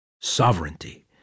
Sovereignty